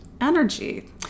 energy